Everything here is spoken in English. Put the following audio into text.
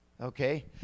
Okay